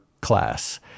class